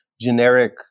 generic